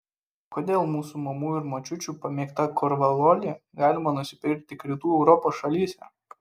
kodėl mūsų mamų ir močiučių pamėgtą korvalolį galima nusipirkti tik rytų europos šalyse